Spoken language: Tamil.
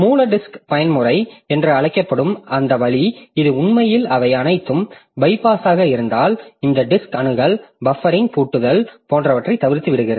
மூல டிஸ்க் பயன்முறை என்று அழைக்கப்படும் அந்த வழி இது உண்மையில் அவை அனைத்தும் பைபாஸாக இருந்தாலும் இந்த டிஸ்க் அணுகல் பஃப்பரிங் பூட்டுதல் போன்றவற்றைத் தவிர்த்து விடுகிறது